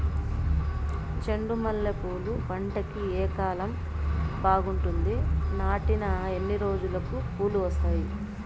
చెండు మల్లె పూలు పంట కి ఏ కాలం బాగుంటుంది నాటిన ఎన్ని రోజులకు పూలు వస్తాయి